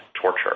torture